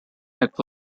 act